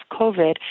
COVID